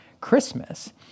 Christmas